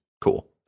cool